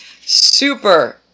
super